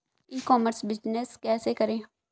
ई commerce business कैसे करें?